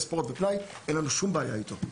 ספורט ופנאי - אין לנו שום בעיה איתו.